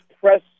press